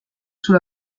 sous